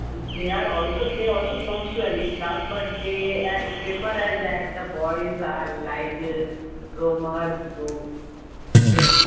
they are also they also belongs to a lead class but they prefer as that the boys are like rumors though so